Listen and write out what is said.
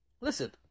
listen